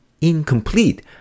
incomplete